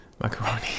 Macaroni